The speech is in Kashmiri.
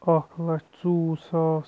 اَکھ لَچھ ژوٚوُہ ساس